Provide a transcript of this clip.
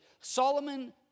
Solomon